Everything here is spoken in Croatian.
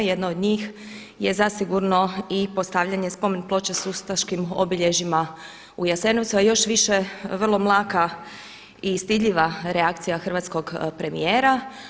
Jedna od njih je zasigurno i postavljanje spomen ploče sa ustaškim obilježjima u Jasenovcu, a još više vrlo mlaka i stidljiva reakcija hrvatskog premijera.